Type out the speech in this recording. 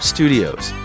Studios